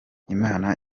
imana